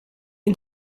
een